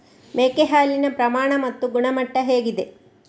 ಮೇಕೆ ಹಾಲಿನ ಪ್ರಮಾಣ ಮತ್ತು ಗುಣಮಟ್ಟ ಹೇಗಿದೆ?